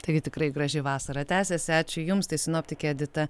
taigi tikrai graži vasara tęsiasi ačiū jums tai sinoptikė edita